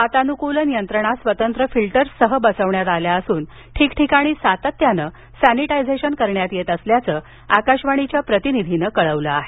वातानुकूलन यंत्रणा स्वतंत्र फिल्टर्ससह बसविण्यात आल्या असून ठिकठिकाणी सातत्यानं सॅनीटायझेशन करण्यात येत असल्याचं आकाशवाणीच्या प्रतिनिधीनं कळवलं आहे